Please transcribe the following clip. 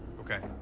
okay.